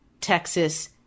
Texas